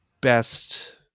best